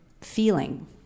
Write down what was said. feeling